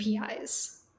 APIs